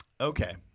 Okay